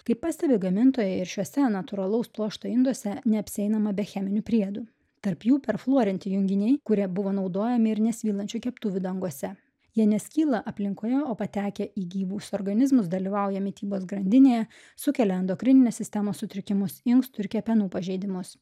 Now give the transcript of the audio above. kaip pastebi gamintojai ir šiuose natūralaus pluošto induose neapsieinama be cheminių priedų tarp jų perfluorinti junginiai kurie buvo naudojami ir nesvylančių keptuvių dangose jie neskyla aplinkoje o patekę į gyvus organizmus dalyvauja mitybos grandinėje sukelia endokrininės sistemos sutrikimus inkstų ir kepenų pažeidimus